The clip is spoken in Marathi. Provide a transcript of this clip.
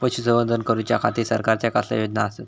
पशुसंवर्धन करूच्या खाती सरकारच्या कसल्या योजना आसत?